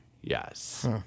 Yes